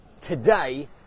today